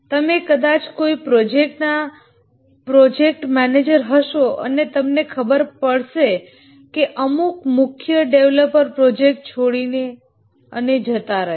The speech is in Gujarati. તમે કદાચ કોઈ પ્રોજેક્ટના પ્રોજેક્ટ મેનેજર હશો અને તમને ખબર પડશે કે અમુક મુખ્ય ડેવલપર પ્રોજેક્ટ છોડી અને જતા રહ્યા